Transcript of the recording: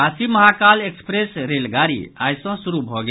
Kashi Mahakal express रेलगाड़ी आइ सॅ शुरू भऽ गेल